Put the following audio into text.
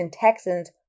Texans